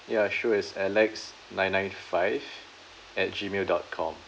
ya sure it's alex nine nine five at G mail dot com